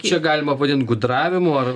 čia galima vadint gudravimu ar